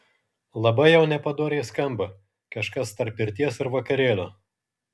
labai jau nepadoriai skamba kažkas tarp pirties ir vakarėlio